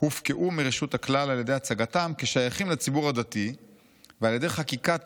הופקעו מרשות הכלל על ידי הצגתם כשייכים לציבור הדתי ועל ידי חקיקת